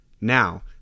Now